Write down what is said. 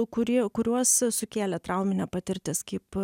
kurie kuriuos sukėlė trauminė patirtis kaip